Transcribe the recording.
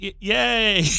yay